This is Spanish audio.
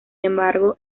embargo